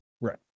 Right